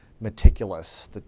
meticulous